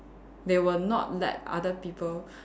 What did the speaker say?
they will not let other people